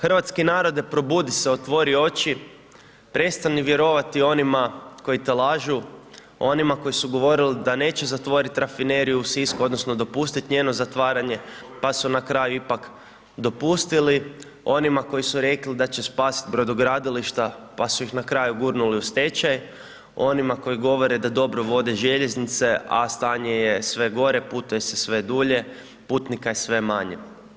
Hrvatski narode probudi se, otvori oči, prestani vjerovati onima koji te lažu, onima koji su govorili da neće zatvorit Rafineriju u Sisku odnosno dopustit njeno zatvaranje, pa su na kraju ipak dopustili, onima koji su rekli da će spasit brodogradilišta, pa su ih na kraju gurnuli u stečaj, onima koji govore da dobro vode željeznice, a stanje je sve gore, putuje se sve dulje, putnika je sve manje.